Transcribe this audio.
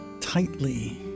tightly